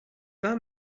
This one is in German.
war